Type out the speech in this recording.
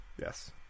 Yes